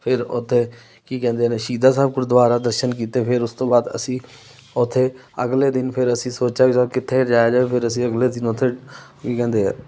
ਫਿਰ ਉੱਥੇ ਕੀ ਕਹਿੰਦੇ ਨੇ ਸ਼ਹੀਦਾਂ ਸਾਹਿਬ ਗੁਰਦੁਆਰਾ ਦਰਸ਼ਨ ਕੀਤੇ ਫਿਰ ਉਸ ਤੋਂ ਬਾਅਦ ਅਸੀਂ ਉੱਥੇ ਅਗਲੇ ਦਿਨ ਫਿਰ ਅਸੀਂ ਸੋਚਿਆ ਵੀ ਯਾਰ ਕਿੱਥੇ ਜਾਇਆ ਜਾਵੇ ਫਿਰ ਅਸੀਂ ਅਗਲੇ ਦਿਨ ਉੱਥੇ ਕੀ ਕਹਿੰਦੇ ਆ